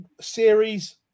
series